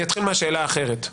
אני אתחיל מהשאלה האחרת.